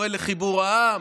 קורא לחיבור העם,